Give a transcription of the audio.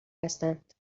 هستند